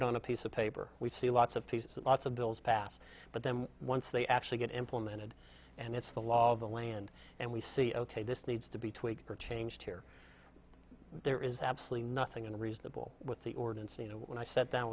it on a piece of paper we see lots of pieces lots of bills passed but then once they actually get implemented and it's the law of the land and we see ok this needs to be tweaked for change here there is absolutely nothing unreasonable with the ordinance and when i sat down